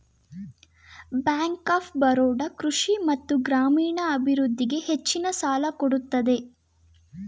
bank of Baroda ಕೃಷಿ ಮತ್ತು ಗ್ರಾಮೀಣ ಅಭಿವೃದ್ಧಿಗೆ ಹೆಚ್ಚಿನ ಸಾಲ ಕೊಡುತ್ತದೆ